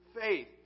faith